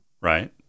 right